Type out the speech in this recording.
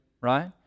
right